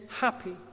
happy